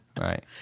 Right